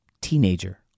teenager